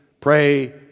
pray